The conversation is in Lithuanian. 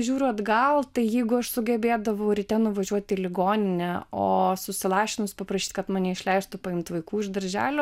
žiūriu atgal tai jeigu aš sugebėdavau ryte nuvažiuoti į ligoninę o susilašinus paprašyti kad mane išleistų paimti vaikų iš darželio